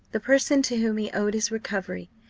the person to whom he owed his recovery.